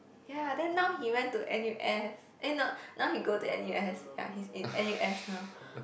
ya then now he went to N_U_S eh no now he go to N_U_S ya he's in N_U_S now